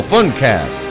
Funcast